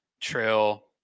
trail